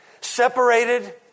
Separated